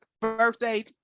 birthday